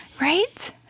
Right